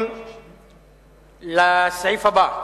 הנושא הבא: